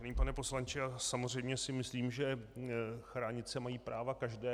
Vážený pane poslanče, samozřejmě si myslím, že chránit se mají práva každého.